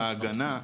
במקור ההגנה,